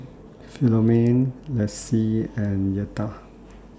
Philomene Lacy and Yetta